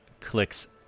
clicks